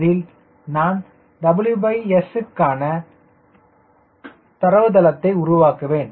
அதில் நான் WS க்கான தரவு தளத்தை உருவாக்குவேன்